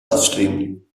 upstream